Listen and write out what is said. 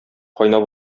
кайнап